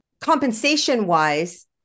Compensation-wise